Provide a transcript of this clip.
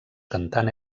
cantant